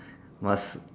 must